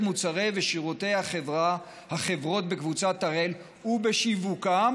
מוצרי ושירותי החברות בקבוצת הראל ובשיווקם,